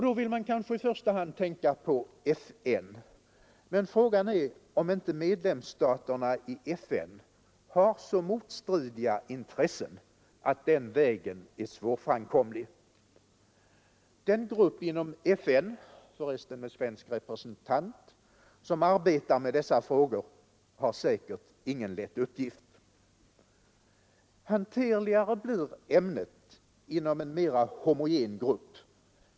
Då vill man kanske i första hand tänka på FN. Men frågan är om inte medlemsstaterna i FN har så motstridiga intressen att den vägen ä årframkomlig. Den grupp inom FN — för resten med svensk representant — som arbetar med dessa frågor har säkert ingen lätt uppgift. Hanterligare blir ämnet inom en mera homogen grupp.